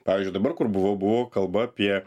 pavyzdžiui dabar kur buvau buvo kalba apie